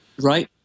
Right